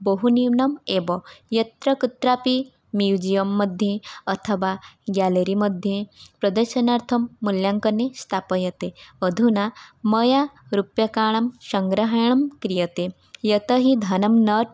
बहुन्यूनम् एव यत्र कुत्रापि म्यूज़ियम् मध्ये अथवा गेलरी मध्ये प्रदशनार्थं मूल्याङ्कानि स्थाप्यन्ते अधुना मया रूप्यकाणां सङ्ग्रहणं क्रियते यतो हि धनं नट्